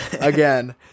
again